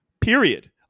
Period